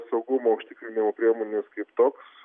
saugumo užtikrinimo priemonės kaip toks